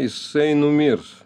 jisai numirs